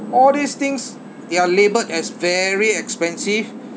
all these things there are labelled as very expensive